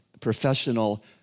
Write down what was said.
professional